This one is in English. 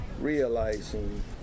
realizing